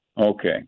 Okay